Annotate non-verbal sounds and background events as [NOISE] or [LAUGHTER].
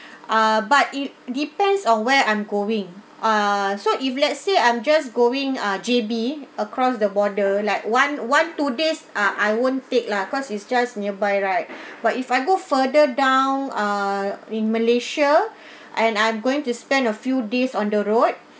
[BREATH] ah but it depends on where I'm going ah so if let's say I'm just going ah J_B across the border like one one two days ah I won't take lah cause it's just nearby right [BREATH] but if I go further down ah in malaysia [BREATH] and I'm going to spend a few days on the road